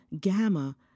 gamma